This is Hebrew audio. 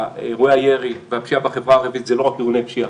אירועי הירי והפשיעה בחברה הערבית זה לא רק ארגוני פשיעה.